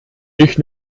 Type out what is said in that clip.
nicht